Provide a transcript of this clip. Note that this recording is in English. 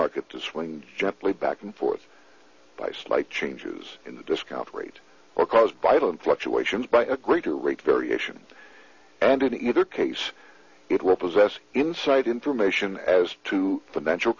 market to swing gently back and forth by slight changes in the discount rate or cause by item fluctuations by a greater rate variation and in either case it will possess inside information as to financial